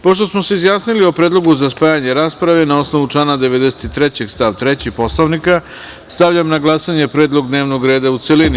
Pošto smo se izjasnili o predlogu za spajanje rasprave, na osnovu člana 93. stav 3. Poslovnika, stavljam na glasanje predlog dnevnog reda u celini.